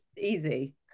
easy